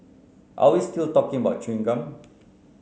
are we still talking about chewing gum